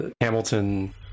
Hamilton